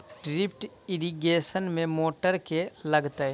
Drip irrigation मे motor केँ लागतै?